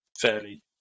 fairly